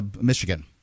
Michigan